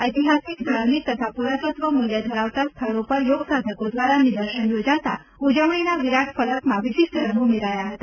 ઐતિહાસિક ધાર્મિક તથા પુરાતત્વ મૂલ્ય ધરાવતા સ્થળ ઉપર યોગસાધકો દ્વારા નિદર્શન યોજાતા ઉજવણીના વિરાટ ફલકમાં વિશિષ્ટ રંગ ઉમેરાયા હતા